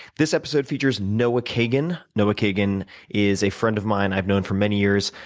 this episode features noah kagan. noah kagan is a friend of mine i've known for many years.